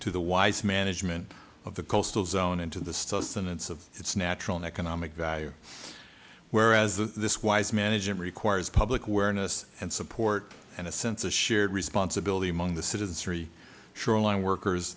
to the wise management of the coastal zone into the sustenance of its natural an economic value whereas the this wise management requires public awareness and support and a sense of shared responsibility among the citizens three shoreline workers